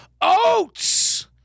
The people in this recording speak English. Oats